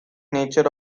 nature